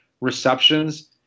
receptions